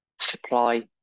supply